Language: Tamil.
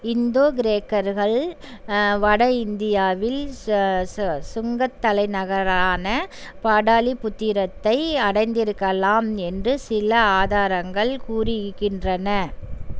இந்தோ கிரேக்கர்கள் வட இந்தியாவில் சுங்கத் தலைநகரான பாடலிபுத்திரத்தை அடைந்திருக்கலாம் என்று சில ஆதாரங்கள் கூறு இருகின்றன